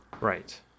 Right